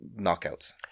knockouts